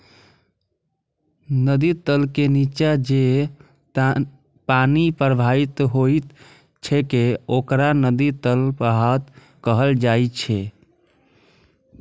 नदी तल के निच्चा जे पानि प्रवाहित होइत छैक ओकरा नदी तल प्रवाह कहल जाइ छै